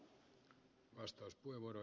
arvoisa puhemies